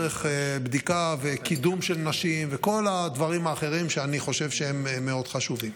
בדיקה וקידום של נשים וכל הדברים האחרים שאני חושב שהם מאוד חשובים.